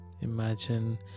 Imagine